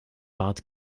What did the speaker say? bat